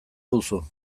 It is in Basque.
duzu